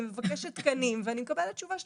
אני מבקשת תקנים ואני מקבלת תשובה שלילית.